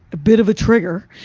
a bit of a trigger.